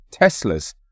Teslas